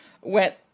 went